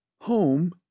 Home